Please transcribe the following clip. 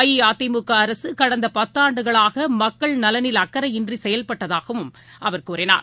அஇஅதிமுகஅரசுகடந்தபத்தான்டுகளாகமக்கள் நலனில் அக்கறையின்றிசெயல்பட்டதாகவும் அவர் கூறினார்